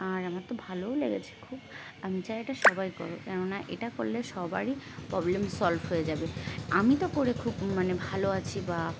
আর আমার তো ভালোও লেগেছে খুব আমি চাই এটা সবাই করুক কেননা এটা করলে সবারই প্রবলেম সলভ হয়ে যাবে আমি তো করে খুব মানে ভালো আছি বা